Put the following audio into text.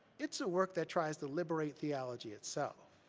it's a work that tries to liberate theology itself.